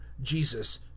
jesus